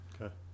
Okay